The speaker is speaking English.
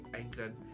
England